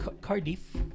Cardiff